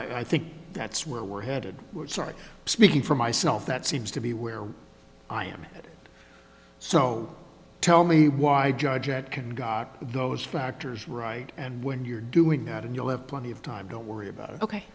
but i think that's where we're headed we're sorry speaking for myself that seems to be where i am so tell me why i judge it can got those factors right and when you're doing that and you'll have plenty of time don't worry about ok